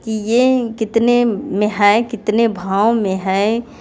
की ये कितने में है कितने भाव में है